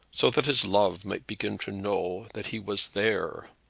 so that his love might begin to know that he was there.